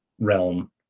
realm